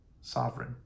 sovereign